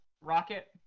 rocket